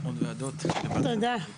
תודה.